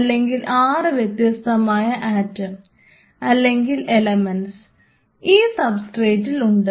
അല്ലെങ്കിൽ 6 വ്യത്യസ്തമായ ആറ്റം അല്ലെങ്കിൽ എലമെൻറ്സ് ഈ സബ്സ്ട്രേറ്റിൽ ഉണ്ട്